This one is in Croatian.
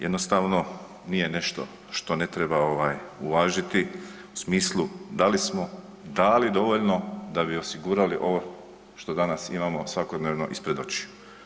Jednostavno, nije nešto što ne treba ovaj, uvažiti u smislu da li smo dali dovoljno da bi osigurali ovo što danas imamo svakodnevno ispred očiju.